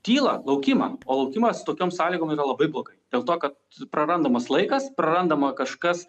tylą laukimą o laukimas tokiom sąlygom yra labai blogai dėl to kad prarandamas laikas prarandama kažkas